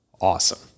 awesome